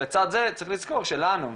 שלצד זה צריך לזכור שלנו,